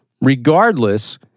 Regardless